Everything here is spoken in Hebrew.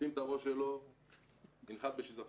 ישים את הראש שלו וינחת בשזפון.